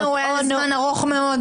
בחוק הארנונה הוא היה על זמן ארוך מאוד.